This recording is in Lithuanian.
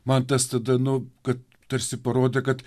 man tas tada nu kad tarsi parodė kad